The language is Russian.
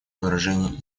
выражение